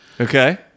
Okay